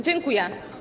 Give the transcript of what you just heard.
Dziękuję.